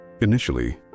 Initially